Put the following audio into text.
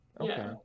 Okay